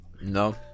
no